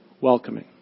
welcoming